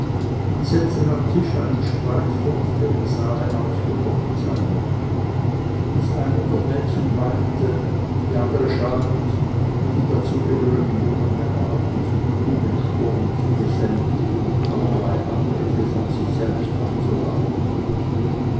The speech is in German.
und setzten am tische einen streit fort der im saale ausgebrochen sein mochte das eine der mädchen weinte die andere schalt und die dazugehörigen jungen männer hatten zu tun den sturm zu besänftigen und allerlei angriffe von sich selbst abzuhalten